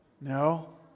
No